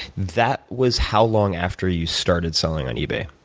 that was how long after you started selling on ebay?